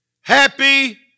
happy